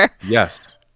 Yes